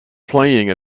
playing